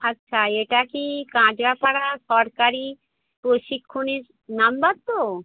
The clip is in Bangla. আচ্ছা এটা কি কাঁচরাপাড়া সরকারি প্রশিক্ষণের নাম্বার তো